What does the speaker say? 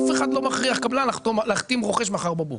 אף אחד לא מכריח קבלן להחתים רוכש מחר בבוקר.